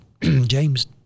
James